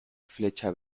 flecha